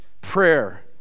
Prayer